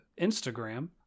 Instagram